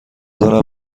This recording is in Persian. دارم